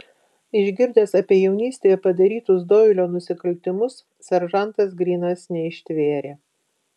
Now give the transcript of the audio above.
išgirdęs apie jaunystėje padarytus doilio nusikaltimus seržantas grynas neištvėrė